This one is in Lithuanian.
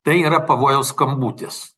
tai yra pavojaus skambutis